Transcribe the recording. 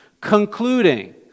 concluding